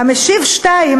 "המשיב 2",